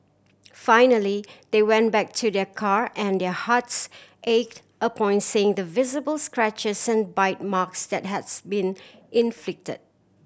finally they went back to their car and their hearts ached upon seeing the visible scratches bite marks that has been inflict